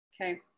Okay